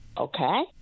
okay